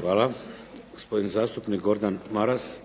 Vladimir (HDZ)** Hvala. Gospodin zastupnik Gordan Maras.